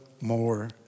more